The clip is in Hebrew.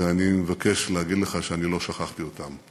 ואני מבקש להגיד לך שאני לא שכחתי אותם.